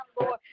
Lord